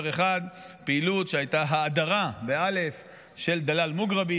אחד פעילות שהייתה האדרה של דלאל מוגרבי.